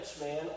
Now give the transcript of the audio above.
man